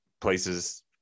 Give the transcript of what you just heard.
places